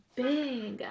big